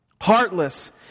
Heartless